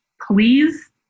please